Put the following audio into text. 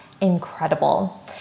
incredible